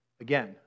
Again